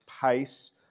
pace